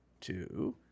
two